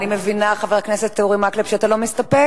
אני מבינה, חבר הכנסת אורי מקלב, שאתה לא מסתפק?